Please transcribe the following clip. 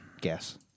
guess